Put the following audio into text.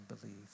believe